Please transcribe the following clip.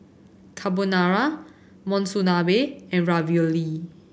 Carbonara Monsunabe and Ravioli